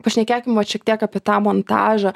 pašnekėkim vat šiek tiek apie tą montažą